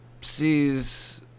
sees